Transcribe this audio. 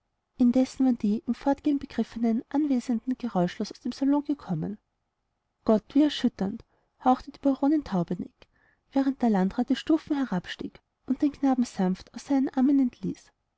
indessen waren die im fortgehen begriffenen anwesenden geräuschlos aus dem salon gekommen gott wie erschütternd hauchte die baronin taubeneck während der landrat die stufen herabstieg und den knaben sanft aus seinen armen entließ